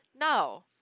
No